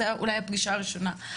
זאת אולי הפגישה הראשונה,